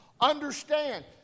Understand